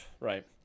right